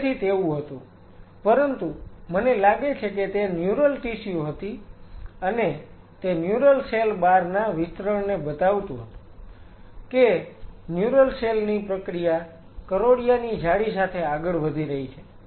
તેથી તેવું હતું પરંતુ મને લાગે છે કે તે ન્યુરલ ટિશ્યુ હતી અને તે ન્યુરલ સેલ બાર ના વિસ્તરણને બતાવતું હતું કે ન્યુરલ સેલ ની પ્રક્રિયા કરોળિયાની જાળી સાથે આગળ વધી રહી છે